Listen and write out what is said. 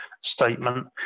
statement